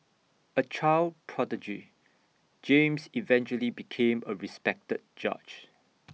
A child prodigy James eventually became A respected judge